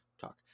talk